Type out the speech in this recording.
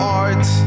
art